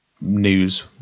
news